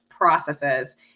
processes